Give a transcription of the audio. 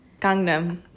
gangnam